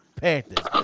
Panthers